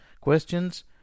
Questions